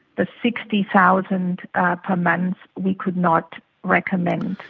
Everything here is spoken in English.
the sixty thousand per month we could not recommend.